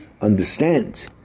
understand